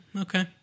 Okay